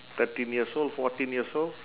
thirteen years old fourteen years old